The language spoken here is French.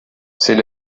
c’est